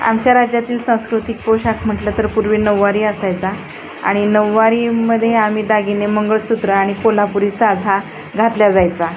आमच्या राज्यातील सांस्कृतिक पोशाख म्हटलं तर पूर्वी नऊवारी असायचा आणि नऊवारीमध्ये आम्ही दागिने मंगळसूत्र आणि कोल्हापुरी साज हा घातला जायचा